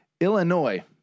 Illinois